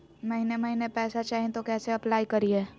महीने महीने पैसा चाही, तो कैसे अप्लाई करिए?